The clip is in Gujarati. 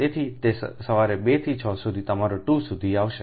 તેથી તે સવારે 2 થી 6 સુધી તમારા 2 સુધી આવશે